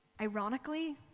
ironically